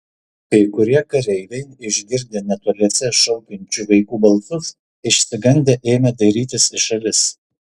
kai kurie kareiviai išgirdę netoliese šaukiančių vaikų balsus išsigandę ėmė dairytis į šalis